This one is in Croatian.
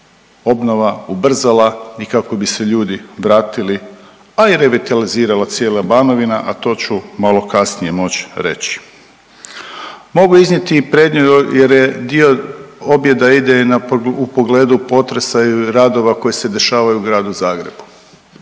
obnova ubrzala i kako bi se ljudi vratili, a i revitalizirala cijela Banovina, a to ću malo kasnije moći reći. Mogu iznijeti i …/Govornik se ne razumije./… jer dio objeda ide i na u pogledu potresan i radova koji se dešavaju u Gradu Zagrebu.